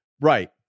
right